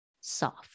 soft